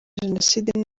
jenoside